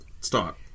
start